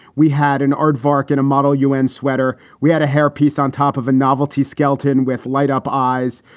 we had an aardvark and a model u n. sweater. we had a hairpiece on top of a novelty skeleton with light up eyes.